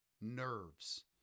Nerves